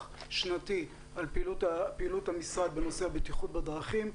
שנתי על פעילות המשרד בנושא הבטיחות בדרכים.